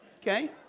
Okay